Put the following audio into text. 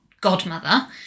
godmother